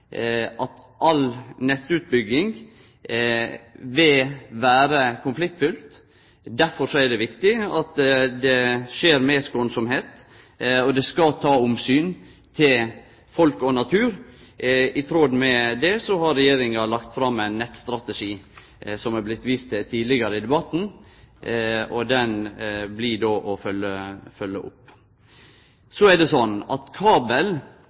viktig at det skjer med skånsemd og at ein tek omsyn til folk og natur. I tråd med det har Regjeringa lagt fram ein nettstrategi, som det har vore vist til tidlegare i debatten, og den blir då å følgje opp. Kabel vil ikkje alltid bety mindre naturinngrep. Som saksordføraren var inne på, veit vi jo bl.a. at kabel